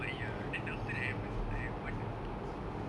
but ya then after that I men~ I won the pokok